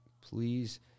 Please